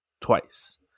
twice